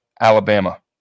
Alabama